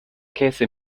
käse